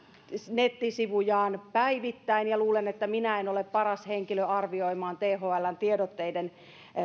nettisivujaan päivittäin ja luulen että minä en ole paras henkilö arvioimaan thln tiedotteiden